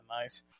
nice